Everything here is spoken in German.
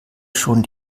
schon